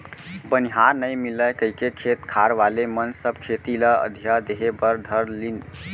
बनिहार नइ मिलय कइके खेत खार वाले मन सब खेती ल अधिया देहे बर धर लिन